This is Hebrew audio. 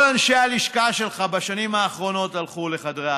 כל אנשי הלשכה שלך בשנים האחרונות הלכו לחדרי החקירות,